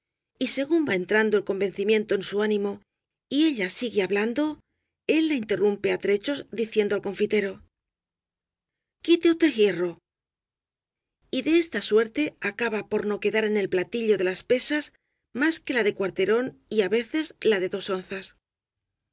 y según va entrando el convencimiento en su ánimo y ella sigue ha blando él ia interrumpe á trechos diciendo al con fitero quite usted jierro y de esta suerte acaba por no quedar en el pla tillo de las pesas más que la de cuarterón y á veces la de dos onzas